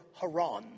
Haran